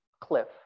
cliff